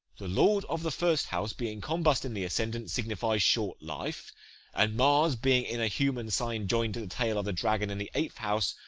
the lord of the first house being combust in the ascendant, signifies short life and mars being in a human sign, joined to the tail of the dragon, in the eighth house,